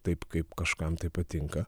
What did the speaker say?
taip kaip kažkam tai patinka